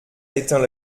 éteint